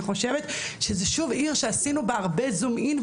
חושבת שזו עיר שעשינו בה הרבה זום אִין,